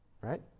Right